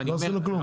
לא עשינו כלום.